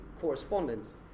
correspondence